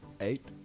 Eight